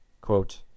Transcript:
Quote